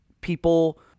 people